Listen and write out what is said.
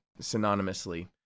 synonymously